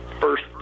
first